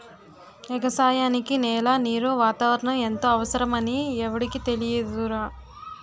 ఎగసాయానికి నేల, నీరు, వాతావరణం ఎంతో అవసరమని ఎవుడికి తెలియదురా